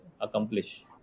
accomplish